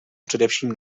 především